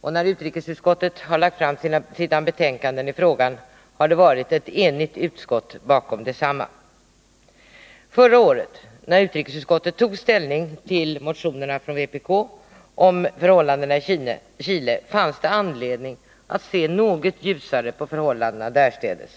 och när utrikesutskottet har lagt fram sina betänkanden i frågan har det varit ett enigt utskott bakom desamma. Förra året när utrikesutskottet tog ställning till motionerna från vpk om förhållandena i Chile fanns det anledning att se något ljusare på förhållandena därstädes.